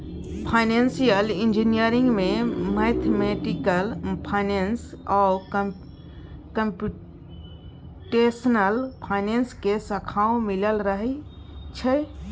financial engineering में mathematical finance आ computational finance के शाखाओं मिलल रहइ छइ